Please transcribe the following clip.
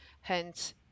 Hence